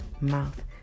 mouth